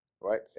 Right